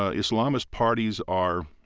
ah islamist parties are,